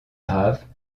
graves